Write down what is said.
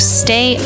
stay